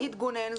להתגונן.